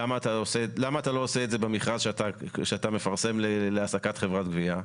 למה אתה לא עושה את זה במכרז שאתה מפרסם להעסקת חברת גבייה?